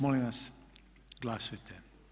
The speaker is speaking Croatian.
Molim vas glasujte.